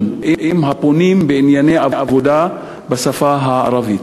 עם הפונים בענייני עבודה בשפה הערבית.